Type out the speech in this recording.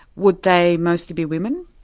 would they mostly be women?